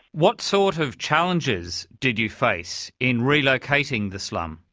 what sort of challenges did you face in relocating the slum?